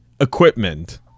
equipment